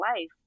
life